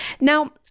Now